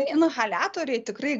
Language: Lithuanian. inhaliatoriai tikrai